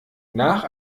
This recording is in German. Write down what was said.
nach